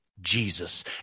Jesus